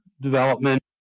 development